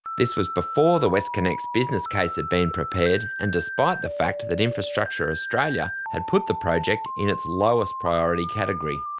this was before the westconnex business case had been prepared, and despite the fact that infrastructure australia had put the project in the lowest-priority category.